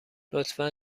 لطفا